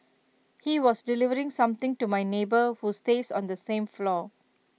he was delivering something to my neighbour who stays on the same floor